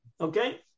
Okay